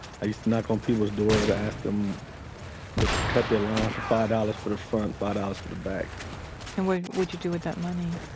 i used to knock on people's doors to ask them to cut their lawn for five dollars for the front, five dollars for the back and we would you do with that money?